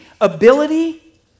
ability